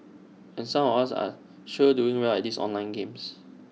and some of us are sure doing well at these online games